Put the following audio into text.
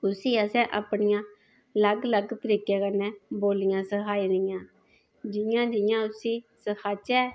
उसी आसे अपनियां अलग अलग तरिके कन्ने बोलियां सिक्खाई दियां जियां जियां उसी सिक्खाचे